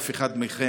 שאף אחד מהם,